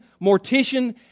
mortician